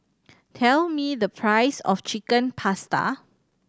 tell me the price of Chicken Pasta